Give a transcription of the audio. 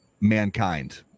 Mankind